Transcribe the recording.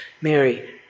Mary